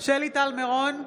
שלי טל מירון,